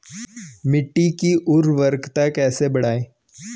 मिट्टी की उर्वरकता कैसे बढ़ायें?